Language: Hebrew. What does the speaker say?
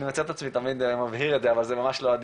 אני מוצא את עצמי תמיד מבהיר את זה אבל זה לא הדיון.